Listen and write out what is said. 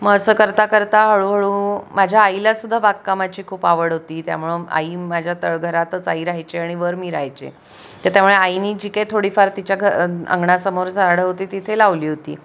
मग असं करता करता हळूहळू माझ्या आईलासुद्धा बागकामाची खूप आवड होती त्यामुळं आई माझ्या तळघरातच आई राहायचे आणि वर मी राहायचे त्यामुळे आईनी जी काय थोडीफार तिच्या घ अंगणासमोर झाडं होती तिथे लावली होती